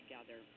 together